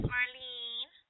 Marlene